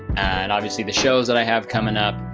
and obviously the shows that i have coming up.